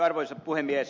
arvoisa puhemies